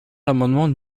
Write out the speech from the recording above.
l’amendement